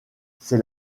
c’est